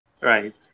Right